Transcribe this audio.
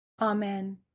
Amen